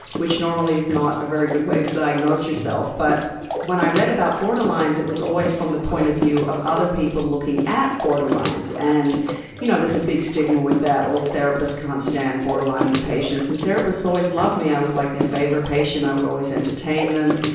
which normally is not a very good way to diagnose yourself. but when i read about borderlines, it was always from the point of view of other people looking at borderlines. and you know there's a big stigma with that, therapists can't stand borderline patients. and therapists always loved me, i was like their favorite patient. i would always entertain them.